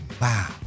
Wow